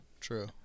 true